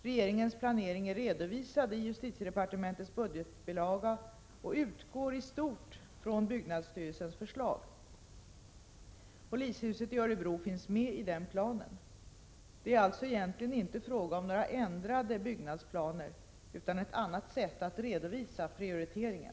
Regeringens planering är redovisad i justitiedepartementets budgetbilaga och utgår i stort från byggnadsstyrelsens förslag. Polishuset i Örebro finns med i den planen. Det är alltså egentligen inte fråga om några ändrade byggnadsplaner utan om ett annat sätt att redovisa prioriteringen.